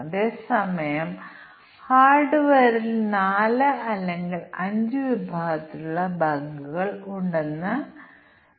അതുപോലെ നിക്ഷേപം 1 ലക്ഷത്തിൽ കൂടുതലാണെങ്കിൽ അത് 1 വർഷത്തിൽ കുറവാണെങ്കിൽ അത് 7 ശതമാനവും മറ്റും ഉത്പാദിപ്പിക്കുന്നു